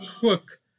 cook